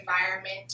environment